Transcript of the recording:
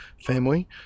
family